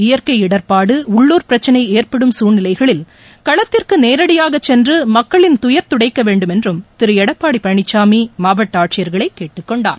இடர்பாடு உள்ளுர் பிரச்சினை ஏற்படும் சூழ்நிலைகளில் களத்திற்கு சட்டம் ஒழுங்கு இயற்கை நேரடியாக சென்று மக்களின் துயர் துடைக்க வேண்டும் என்று திரு எடப்பாடி பழனிசாமி மாவட்ட ஆட்சியர்களை கேட்டுக்கொண்டார்